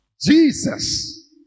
Jesus